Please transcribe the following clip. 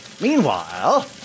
Meanwhile